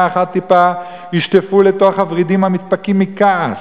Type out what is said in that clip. אחרי טיפה יישטפו לתוך הוורידים המתפקעים מכעס.